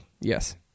Yes